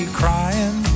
crying